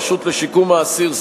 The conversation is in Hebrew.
הרשות לשיקום האסיר,